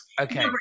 Okay